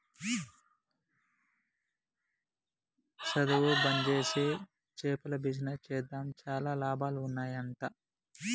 సధువు బంజేసి చేపల బిజినెస్ చేద్దాం చాలా లాభాలు ఉన్నాయ్ అంట